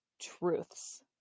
truths